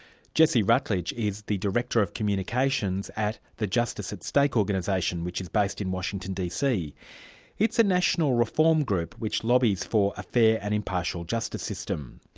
jesse rutledge is the director of communications at the justice at stake organisation, which is based in washington, dc. it's a national reform group which lobbies for a fair and impartial justice system.